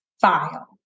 file